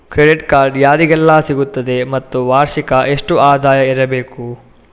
Credit card ಯಾರಿಗೆಲ್ಲ ಸಿಗುತ್ತದೆ ಮತ್ತು ವಾರ್ಷಿಕ ಎಷ್ಟು ಆದಾಯ ಇರಬೇಕು?